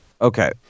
Okay